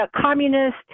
communist